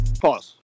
Pause